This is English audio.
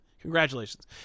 congratulations